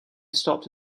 stopped